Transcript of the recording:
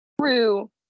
True